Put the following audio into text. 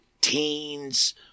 teens